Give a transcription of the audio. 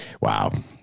Wow